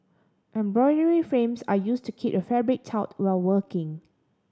embroidery frames are used to keep the fabric taut while working